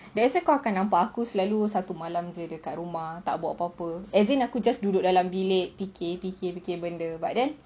that's why kau akan nampak aku selalu satu malam jer dekat rumah tak buat apa-apa actually aku duduk dalam bilik fikir fikir-fikir benda but then